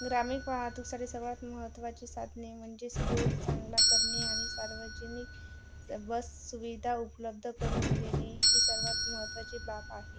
ग्रामीण वाहतुकीसाठी सर्वात महत्त्वाची साधने म्हणजेच रोड चांगला करणे आणि सार्वजनिक बससुविधा उपलब्ध करून देणे ही सर्वात महत्त्वाची बाब आहे